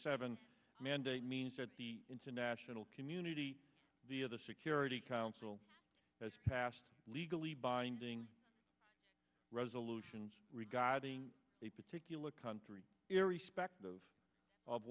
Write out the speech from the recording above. seven mandate means that the international community the of the security council has passed legally binding resolutions regarding a particular country irrespective of